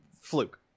fluke